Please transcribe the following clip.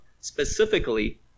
Specifically